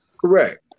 correct